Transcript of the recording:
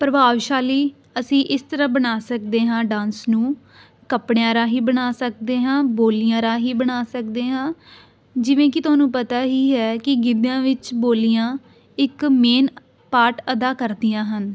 ਪ੍ਰਭਾਵਸ਼ਾਲੀ ਅਸੀਂ ਇਸ ਤਰ੍ਹਾਂ ਬਣਾ ਸਕਦੇ ਹਾਂ ਡਾਂਸ ਨੂੰ ਕੱਪੜਿਆਂ ਰਾਹੀਂ ਬਣਾ ਸਕਦੇ ਹਾਂ ਬੋਲੀਆਂ ਰਾਹੀਂ ਬਣਾ ਸਕਦੇ ਹਾਂ ਜਿਵੇਂ ਕਿ ਤੁਹਾਨੂੰ ਪਤਾ ਹੀ ਹੈ ਕਿ ਗਿੱਧਿਆਂ ਵਿੱਚ ਬੋਲੀਆਂ ਇੱਕ ਮੇਨ ਪਾਰਟ ਅਦਾ ਕਰਦੀਆਂ ਹਨ